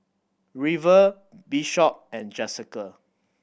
River Bishop and Jesica